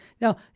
Now